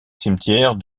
cimetière